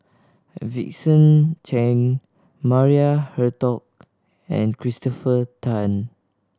Vincent Cheng Maria Hertogh and Christopher Tan